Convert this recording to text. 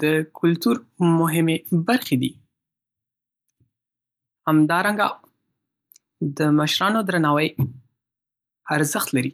د کلتور مهمې برخې دي. همدارنګه، د مشرانو درناوی ارزښت لری.